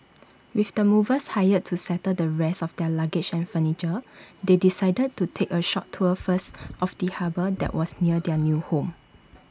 with the movers hired to settle the rest of their luggage and furniture they decided to take A short tour first of the harbour that was near their new home